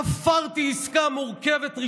תפרתי עסקה מורכבת,